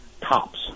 tops